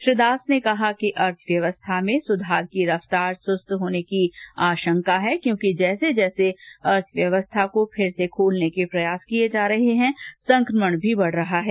श्री दास ने कहा कि अर्थव्यवस्था में सुधार की रफ्तार सुस्त होने की आशंका है क्योंकि जैसे जैसे अर्थव्यवस्था को फिर से खोलने के प्रयास किए जा रहे हैं संक्रमण भी बढ़ रहा है